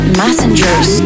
messengers